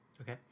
Okay